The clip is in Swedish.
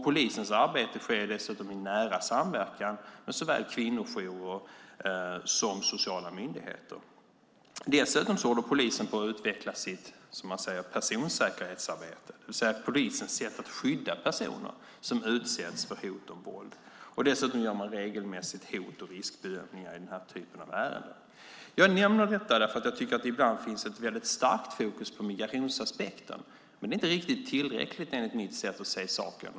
Polisens arbete sker i nära samverkan med såväl kvinnojourer som sociala myndigheter. Polisen håller dessutom på att utveckla sitt personsäkerhetsarbete, det vill säga polisens sätt att skydda personer som utsätts för hot om våld. Dessutom gör man regelbundet hot och riskbedömningar i den här typen av ärenden. Jag nämner detta för att jag tycker att det ibland finns ett mycket starkt fokus på migrationsaspekten. Men det är inte riktigt tillräckligt enligt mitt sätt att se saken.